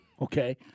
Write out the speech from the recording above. okay